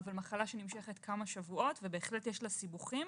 אבל מחלה שנמשכת כמה שבועות ובהחלט יש לה סיבוכים